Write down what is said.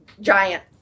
giant